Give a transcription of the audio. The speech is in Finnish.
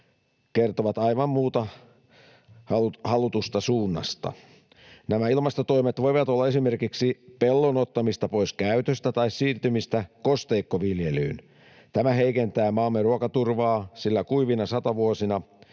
kertovat aivan muuta halutusta suunnasta. Nämä ilmastotoimet voivat olla esimerkiksi pellon ottamista pois käytöstä tai siirtymistä kosteikkoviljelyyn. Tämä heikentää maamme ruokaturvaa, sillä kuivina satovuosina